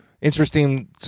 interesting